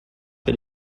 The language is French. que